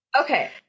Okay